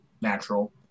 natural